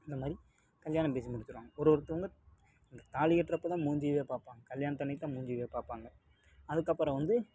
அந்த மாதிரி கல்யாணம் பேசி முடிச்சுடுவாங்க ஒரு ஒருத்தவங்க தாலி கட்டுறப்பதான் மூஞ்சியவே பார்ப்பாங்க கல்யாணத்து அன்னைக்குதான் மூஞ்சியவே பார்ப்பாங்க அதுக்கப்புறம் வந்து